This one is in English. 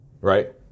Right